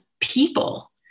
people